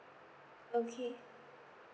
okay